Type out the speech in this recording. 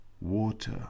water